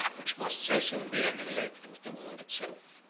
which must so soon be annihilated with the world itself.